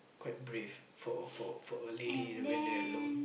quite brave for for for a lady who went there alone